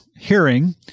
hearing